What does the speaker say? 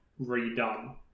redone